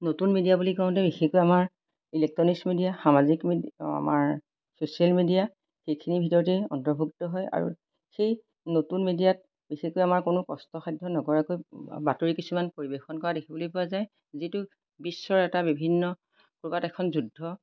নতুন মিডিয়া বুলি কওঁতে বিশেষকৈ আমাৰ ইলেক্ট্ৰনিকছ মিডিয়া সামাজিক মিডিয়া আমাৰ ছ'চিয়েল মিডিয়া সেইখিনিৰ ভিতৰতেই অন্তৰ্ভুক্ত হয় আৰু সেই নতুন মিডিয়াত বিশেষকৈ আমাৰ কোনো কষ্টসাধ্য নকৰাকৈ বাতৰি কিছুমান পৰিৱেশন কৰা দেখিবলৈ পোৱা যায় যিটো বিশ্বৰ এটা বিভিন্ন প্ৰকাৰত এখন যুদ্ধ